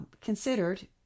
Considered